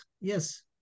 yes